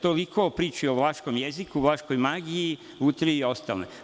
Toliko o priči o vlaškom jeziku, vlaškoj magiji, Lutriji i ostalom.